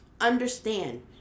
understand